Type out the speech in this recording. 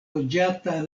loĝata